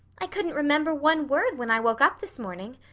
i couldn't remember one word when i woke up this morning.